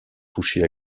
toucher